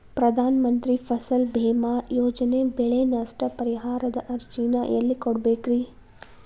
ಪ್ರಧಾನ ಮಂತ್ರಿ ಫಸಲ್ ಭೇಮಾ ಯೋಜನೆ ಬೆಳೆ ನಷ್ಟ ಪರಿಹಾರದ ಅರ್ಜಿನ ಎಲ್ಲೆ ಕೊಡ್ಬೇಕ್ರಿ?